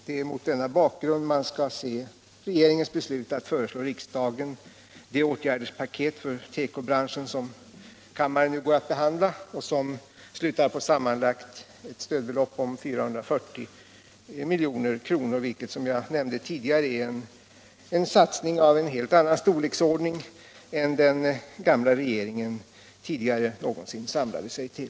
Det är mot denna bakgrund man skall se regeringens beslut att föreslå — Nr 138 riksdagen det åtgärdspaket för tekobranschen som kammaren nu har att Onsdagen den behandla och som slutar på ett sammanlagt stödbelopp av 440 milj.kr. 25 maj 1977 Som jag nämnde tidigare är detta en satsning av en helt annan stor: LL leksordning än vad den förra regeringen någonsin samlade sig till.